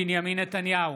בנימין נתניהו,